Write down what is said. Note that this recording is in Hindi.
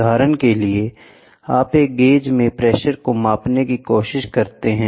उदाहरण के लिए आप एक गेज मे प्रेशर को मापने की कोशिश करते हैं